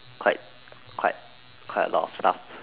quite quite quite a lot of stuff